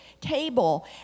table